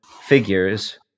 figures